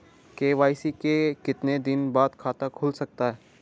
KYC के कितने दिन बाद खाता खुल सकता है?